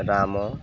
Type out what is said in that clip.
Ram